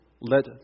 let